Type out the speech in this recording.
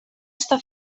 està